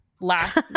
Last